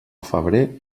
febrer